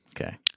Okay